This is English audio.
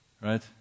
Right